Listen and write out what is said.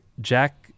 Jack